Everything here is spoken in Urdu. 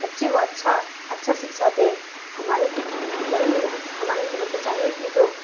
بچے کو اچھا اچھا سکچھا دے یہی ہماری حکومت کو چاہیے کہ جو